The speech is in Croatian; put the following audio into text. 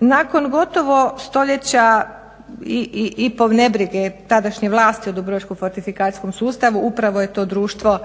Nakon gotovo stoljeća i nebrige tadašnje vlasti u dubrovačkom fortifikacijskom sustavu, upravo je to društvo